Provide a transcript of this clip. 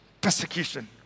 persecution